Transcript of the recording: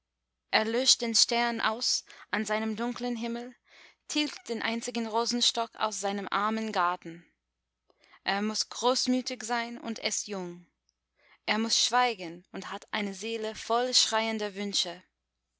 löscht den stern aus an seinem dunklen himmel tilgt den einzigen rosenstock aus seinem armen garten er muß großmütig sein und ist jung er muß schweigen und hat eine seele voll schreiender wünsche